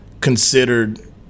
considered